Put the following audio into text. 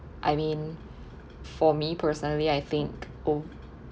I mean for me personally I think oh